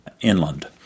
Inland